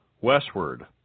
westward